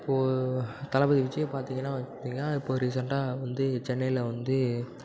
இப்போது தளபதி விஜய் பார்த்திங்கனா பார்த்திங்கனா இப்போ ஒரு ரீசென்டாக வந்து சென்னையில் வந்து